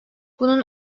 bunun